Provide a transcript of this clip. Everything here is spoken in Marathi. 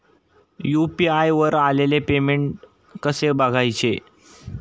यु.पी.आय वर आलेले पेमेंट कसे बघायचे?